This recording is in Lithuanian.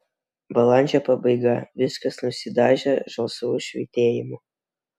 balandžio pabaiga viskas nusidažę žalsvu švytėjimu